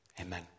amen